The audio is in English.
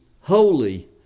holy